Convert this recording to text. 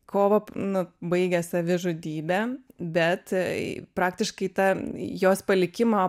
kovą nu baigė savižudybe bet praktiškai tą jos palikimą